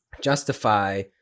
justify